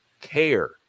care